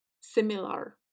similar